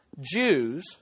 Jews